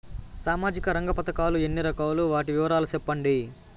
సామాజిక రంగ పథకాలు ఎన్ని రకాలు? వాటి వివరాలు సెప్పండి